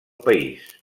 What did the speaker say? país